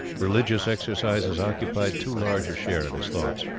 religious exercises occupied too large a share of his thoughts.